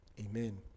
Amen